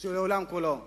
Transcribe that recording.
של העולם כולו: